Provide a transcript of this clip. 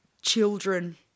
children